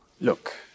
Look